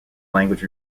language